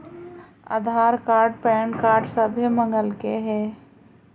आधार card PAN card सभे मगलके हे?